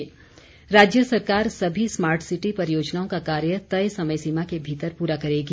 सरवीण राज्य सरकार सभी स्मार्ट सिटी परियोजनाओं का कार्य तय समय सीमा के भीतर पूरा करेगी